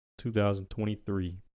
2023